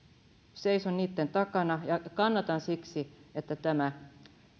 seison niitten takana ja kannatan siksi että tämä